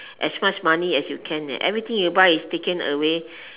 as much money as you can eh everything you buy is taken away